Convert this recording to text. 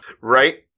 Right